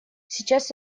сейчас